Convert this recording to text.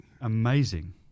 Amazing